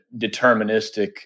deterministic